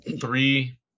three